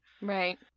right